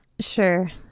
Sure